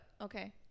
Okay